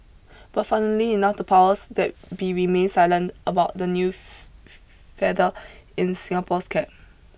but funnily enough the powers that be remained silent about the new feather in Singapore's cap